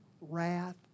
wrath